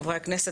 חברי הכנסת,